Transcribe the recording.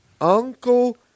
Uncle